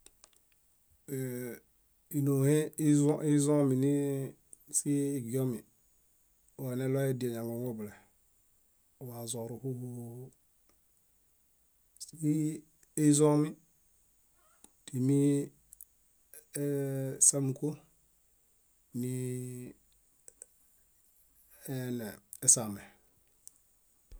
Ínoheizõmi ni síhi igiomi, waneloyadiel yaŋoŋobule, oazõru húhuhu síhiizõmi timi sámuko niesaame.